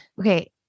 Okay